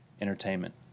entertainment